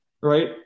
right